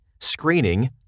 Screening